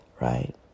right